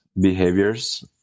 behaviors